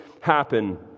happen